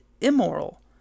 immoral